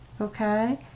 okay